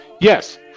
Yes